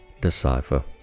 decipher